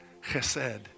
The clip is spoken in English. chesed